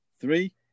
Three